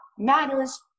matters